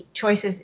Choices